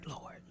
Lord